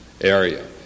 area